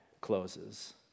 closes